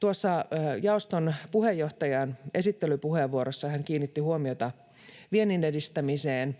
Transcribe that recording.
Tuossa jaoston puheenjohtaja esittelypuheenvuorossaan kiinnitti huomiota viennin edistämiseen,